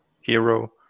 hero